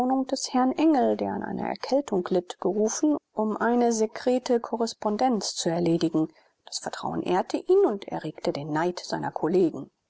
des herrn engel der an einer erkältung litt gerufen um eine sekrete korrespondenz zu erledigen das vertrauen ehrte ihn und erregte den neid seiner kollegen